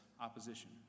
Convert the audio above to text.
opposition